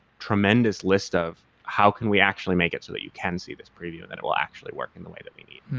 tremendous list of how can we actually make it so that you can see this preview that it will actually work in the way that we need